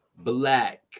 Black